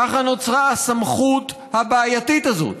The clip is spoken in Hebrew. ככה נוצרה הסמכות הבעייתית הזאת